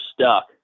stuck